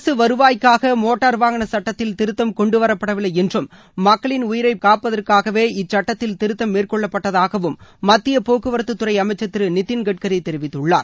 அரசு வருவாய்க்காக மோட்டார் வாகன சட்டத்தில் திருத்தம் கொண்டுவரப்படவில்லை என்றும் உயிரை காப்பதற்காகவே இச்சட்டத்தில் மேற்கொள்ளப்பட்டதாகவும் திருத்தம் மத்திய மக்களின் போக்குவரத்துத்துறை அமைச்சர் திரு நிதின் கட்ரி தெரிவித்துள்ளார்